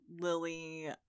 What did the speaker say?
Lily